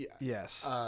yes